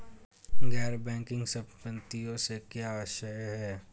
गैर बैंकिंग संपत्तियों से क्या आशय है?